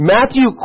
Matthew